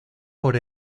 por